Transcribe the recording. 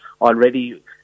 already